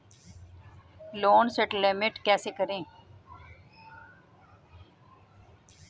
Loan settlement कैसे करें?